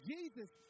Jesus